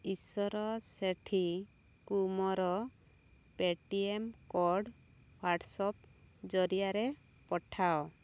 ଈଶ୍ୱର ସେଠୀକୁ ମୋର ପେଟିଏମ୍ କୋଡ଼୍ ହ୍ଵାଟ୍ସପ୍ ଜରିଆରେ ପଠାଅ